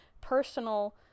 personal